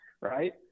Right